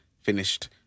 Finished